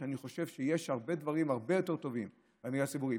אני חושב שיש הרבה דברים טובים במגזר הציבורי,